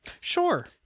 sure